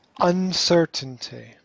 Uncertainty